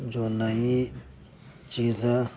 جو نئی چیزیں